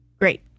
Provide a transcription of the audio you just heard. Great